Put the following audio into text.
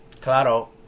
Claro